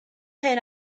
hen